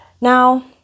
Now